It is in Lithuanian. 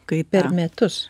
kai per metus